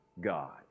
God